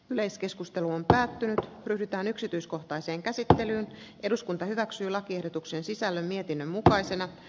yleiskeskustelu on päättynyt pyritään yksityiskohtaiseen käsittelyyn eduskunta hyväksyi lakiehdotuksen sisällön mietinnön mukaisena